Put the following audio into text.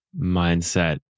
mindset